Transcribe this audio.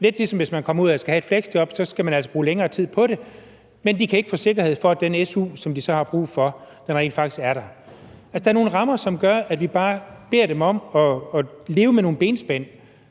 det er lidt ligesom hvis man kommer ud og skal have et fleksjob, så skal man altså bruge længere tid på det – kan de ikke få sikkerhed for, at den su, som de så har brug for, rent faktisk er der. Altså, der er nogle rammer, som gør, at vi bare beder dem om at leve med nogle benspænd,